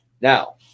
Now